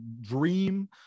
dream